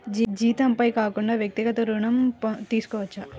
జీతంపై కాకుండా వ్యక్తిగత ఋణం తీసుకోవచ్చా?